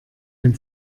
dem